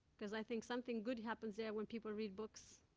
because i think something good happens there when people read books.